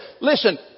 Listen